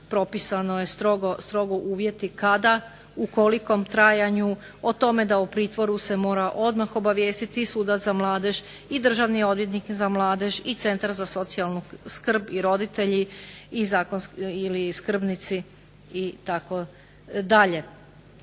propisano je strogo uvjeti kada, u kolikom trajanju, o tome da o pritvoru se mora odmah obavijestiti i sudac za mladež i državni odvjetnik za mladež i Centar za socijalnu skrb i roditelji ili skrbnici itd.